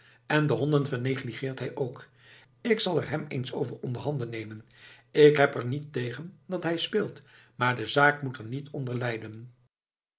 en de honden vernegligeert hij ook ik zal er hem eens over onderhanden nemen ik heb er niet tegen dat hij speelt maar de zaak moet er niet onder lijden